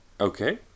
Okay